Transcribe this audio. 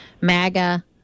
MAGA